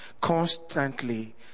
constantly